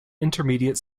intermediate